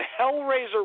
Hellraiser